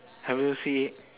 have you see it